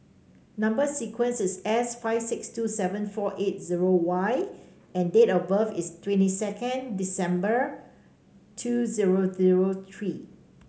number sequence is S five six two seven four eight zero Y and date of birth is twenty two December two zero zero three